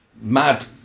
mad